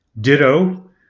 Ditto